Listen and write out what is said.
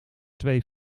twee